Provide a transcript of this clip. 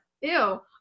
Ew